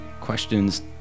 questions